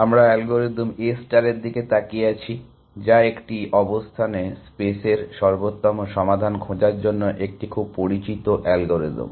আমরা algorithm A স্টারের দিকে তাকিয়ে আছি যা একটি অবস্থানে স্পেসের সর্বোত্তম সমাধান খোঁজার জন্য একটি খুব পরিচিত অ্যালগরিদম